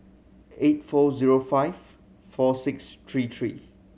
eight four zero five four six three three